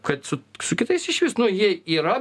kad su su kitais išvis nu jie yra